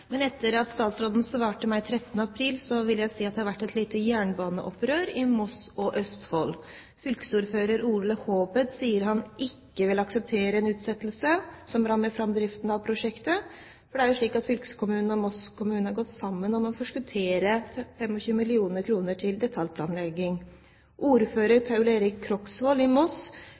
Men etter at statsråden svarte meg 13. april, vil jeg si at det har vært et lite jernbaneopprør i Moss og Østfold. Fylkesordfører Ole Haabeth sier han ikke vil akseptere en utsettelse som rammer framdriften av prosjektet, for det er jo slik at fylkeskommunen og Moss kommune har gått sammen om å forskuttere 25 mill. kr til detaljplanlegging. Ordfører Paul-Erik Krogsvold i Moss